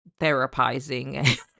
therapizing